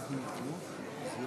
נכון.